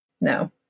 No